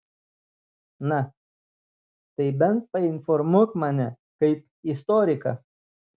na tai bent painformuok mane kaip istoriką